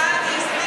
אל תדאג,